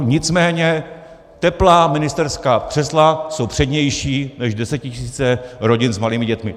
Nicméně teplá ministerská křesla jsou přednější než desetitisíce rodin s malými dětmi.